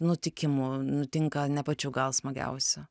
nutikimų nutinka ne pačių gal smagiausių